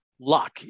luck